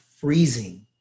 freezing